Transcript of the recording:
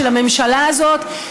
של הממשלה הזאת,